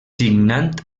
signant